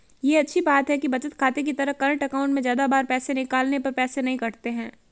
ये अच्छी बात है कि बचत खाते की तरह करंट अकाउंट में ज्यादा बार पैसे निकालने पर पैसे नही कटते है